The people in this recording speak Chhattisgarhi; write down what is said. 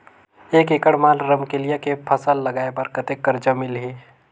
एक एकड़ मा रमकेलिया के फसल लगाय बार कतेक कर्जा मिलही?